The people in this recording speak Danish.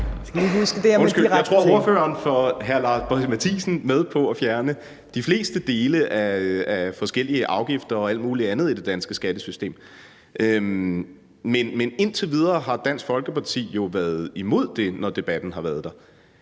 Jeg tror, at ordføreren får hr. Lars Boje Mathiesen med på at fjerne de fleste dele af forskellige afgifter og alt muligt andet i det danske skattesystem, men indtil videre har Dansk Folkeparti jo været imod det, når debatten har været der.